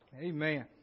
Amen